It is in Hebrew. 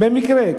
במקרה.